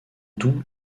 doux